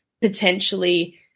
potentially